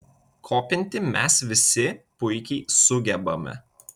kopinti mes visi puikiai sugebame